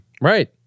Right